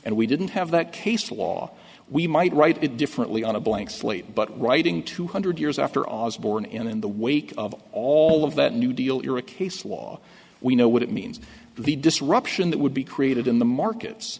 and we didn't have that case law we might write it differently on a blank slate but writing two hundred years after osborne and in the wake of all of that new deal era case law we know what it means the disruption that would be created in the markets